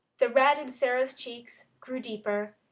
the red in sara's cheeks grew deeper,